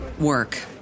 work